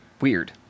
weird